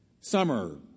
Summer